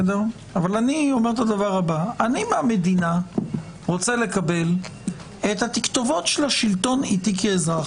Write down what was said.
אבל אני מהמדינה רוצה לקבל את התכתובות של השלטון איתי כאזרח.